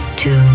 two